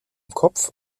kopf